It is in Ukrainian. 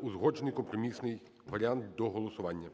узгоджений, компромісний варіант до голосування.